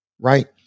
right